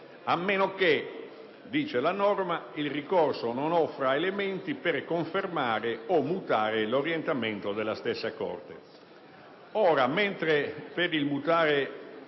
a meno che - recita la norma - il ricorso non offra elementi per confermare o mutare l'orientamento della Corte stessa. Ora, mentre sul mutare